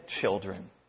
children